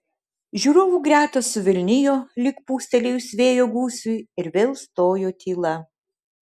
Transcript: žiūrovų gretos suvilnijo lyg pūstelėjus vėjo gūsiui ir vėl stojo tyla